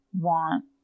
want